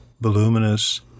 voluminous